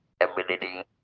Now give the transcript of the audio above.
ability